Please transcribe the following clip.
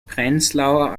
prenzlauer